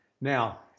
Now